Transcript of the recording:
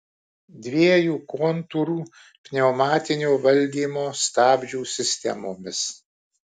dviejų kontūrų pneumatinio valdymo stabdžių sistemomis